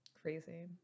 Crazy